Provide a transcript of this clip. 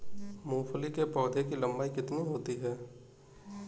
मूंगफली के पौधे की लंबाई कितनी होती है?